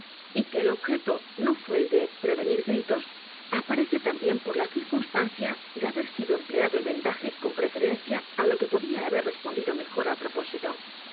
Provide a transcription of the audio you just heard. y que el objeto no fué el de prevenir gritos aparece también por la circunstancia de haber sido empleado el misterio de maría rogét el vendaje con preferencia á lo que podía haber respondido mejor al propósito